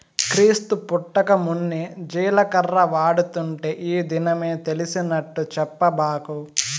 క్రీస్తు పుట్టకమున్నే జీలకర్ర వాడుతుంటే ఈ దినమే తెలిసినట్టు చెప్పబాకు